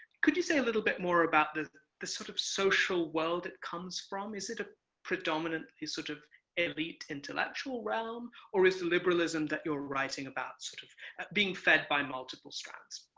could you say a little bit more about the the sort of social world it comes from? is it a predominant sort of elite intellectual realm? or is the liberalism that you're writing about sort of being fed by multiple strands?